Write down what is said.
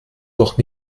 doch